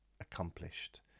accomplished